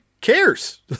cares